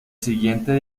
siguiente